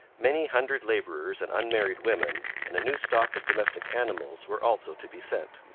many hundred labourers and unmarried women and a new stock of domestic animals were also to be sent.